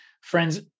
Friends